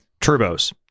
Turbos